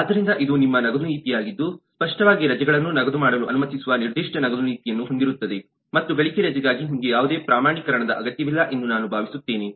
ಆದ್ದರಿಂದ ಇದು ನಿಮ್ಮ ನಗದು ನೀತಿಯಾಗಿದ್ದು ಸ್ಪಷ್ಟವಾಗಿ ರಜೆಗಳನ್ನು ನಗದು ಮಾಡಲು ಅನುಮತಿಸುವ ನಿರ್ದಿಷ್ಟ ನಗದುನೀತಿಯನ್ನು ಹೊಂದಿರುತ್ತದೆ ಮತ್ತು ಗಳಿಕೆ ರಜೆಗಾಗಿ ನಿಮಗೆ ಯಾವುದೇ ಪ್ರಮಾಣೀಕರಣದ ಅಗತ್ಯವಿಲ್ಲ ಎಂದು ನಾನು ಭಾವಿಸುತ್ತೇನೆ